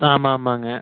ஆமா ஆமாங்க